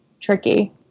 tricky